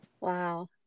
wow